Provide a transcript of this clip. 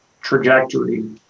trajectory